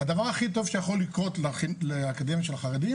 הדבר הכי טוב שיכול לקרות לאקדמיה של החרדים